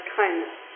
kindness